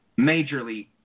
Majorly